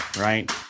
Right